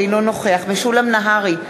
אינו נוכח משולם נהרי,